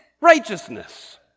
righteousness